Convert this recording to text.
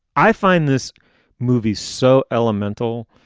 i find this movie so elemental.